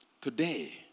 Today